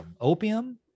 opium